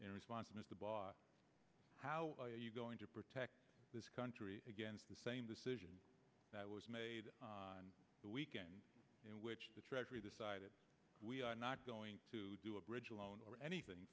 in response mr barr how are you going to protect this country against the same decision that was made on the weekend in which the treasury decided we are not going to do a bridge loan or anything